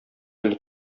әле